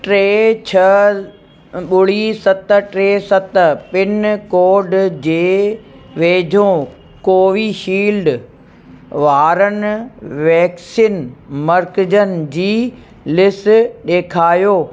टे छह ॿुड़ी सत टे सत पिनकोड जे वेझो कोवीशील्ड वारनि वैक्सिन मर्कज़नि जी लिस्ट ॾेखारियो